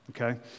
Okay